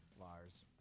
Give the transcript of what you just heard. Lars